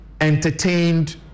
entertained